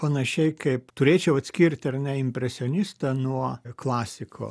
panašiai kaip turėčiau atskirt ar ne impresionistą nuo klasiko